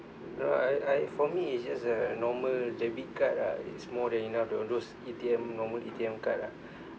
no I I for me it's just a normal debit card ah it's more than enough to all those A_T_M normal A_T_M card ah